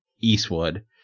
Eastwood